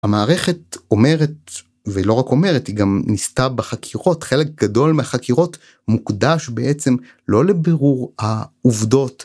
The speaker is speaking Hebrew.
המערכת אומרת, ולא רק אומרת - היא גם ניסתה בחקירות - חלק גדול מהחקירות מוקדש בעצם לא לבירור העובדות.